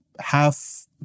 half